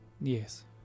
Yes